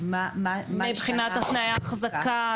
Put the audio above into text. מבחינת תנאי החזקה,